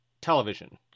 television